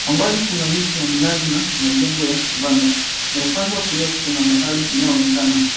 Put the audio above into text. Kwa mbali kuna miti ya minazi na majengo ya kibanda, na upande wa kulia kuna bahari inayoonekana.